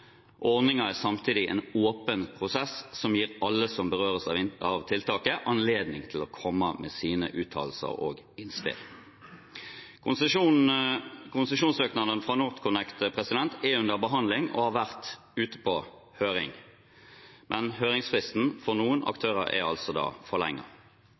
er samtidig en åpen prosess, som gir alle som berøres av tiltaket, anledning til å komme med sine uttalelser og innspill. Konsesjonssøknaden fra NorthConnect er under behandling og har vært ute på høring, men høringsfristen er altså forlenget for noen